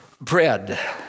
bread